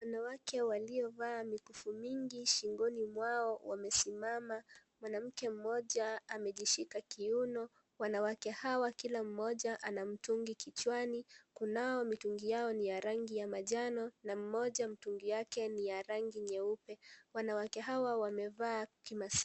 Wanawake waliovaa mikufu mingi shingoni mwao wamesimama. Mwanamke mmoja amejishika kiuno. Wanawake hawa kila mmoja ana mtungi kichwani, kunao mitungi yao ni ya rangi ya majani, na mmoja mtungi wake ni ya rangi nyeupe. Wanawake hawa wamevaa kimasai.